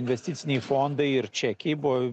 investiciniai fondai ir čekiai buvo